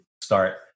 start